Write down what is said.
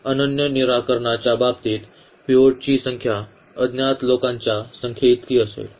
अनन्य निराकरणाच्या बाबतीत पिव्होटची संख्या अज्ञात लोकांच्या संख्येइतकी असेल